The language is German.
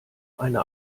eine